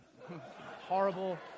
Horrible